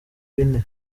bine